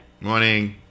Morning